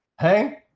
Hey